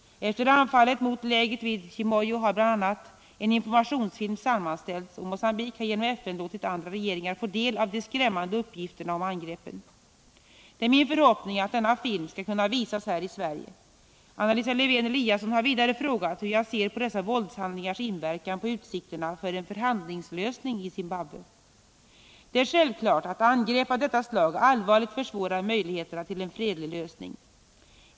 Efter anfallet mot lägret vid Chimoio har bl.a. en informationsfilm sammanställts, och Mogambique har genom FN låtit andra regeringar få del av de skrämmande uppgifterna om angreppen. Det är min förhoppning att denna film skall kunna visas här i Sverige. Anna Lisa Lewén-Eliasson har vidare frågat hur jag ser på dessa våldshandlingars inverkan på utsikterna för en förhandlingslösning i Zimbabwe. Det är självklart att angrepp av detta slag allvarligt försvårar möjligheterna till en fredlig lösning.